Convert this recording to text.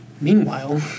Meanwhile